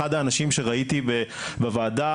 אחד האנשים שראיתי בוועדה,